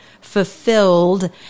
fulfilled